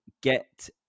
get